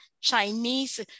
Chinese